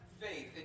faith